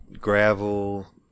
gravel